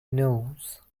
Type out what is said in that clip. knows